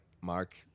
Mark